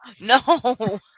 No